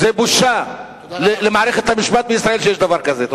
זה בושה למערכת המשפט בישראל שיש דבר כזה.